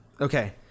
Okay